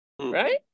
right